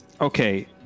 okay